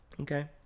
Okay